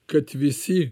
kad visi